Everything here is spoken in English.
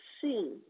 see